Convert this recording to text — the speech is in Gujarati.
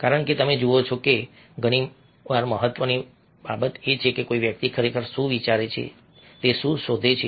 કારણ કે તમે જુઓ છો કે ઘણી વાર મહત્વની બાબત એ છે કે કોઈ વ્યક્તિ ખરેખર શું વિચારે છે તે શોધવું